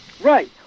right